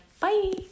Bye